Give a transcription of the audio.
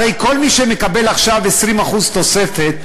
הרי כל מי שמקבל עכשיו 20% תוספת,